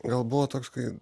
gal buvo toks kai